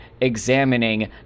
examining